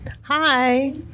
hi